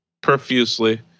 profusely